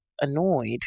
annoyed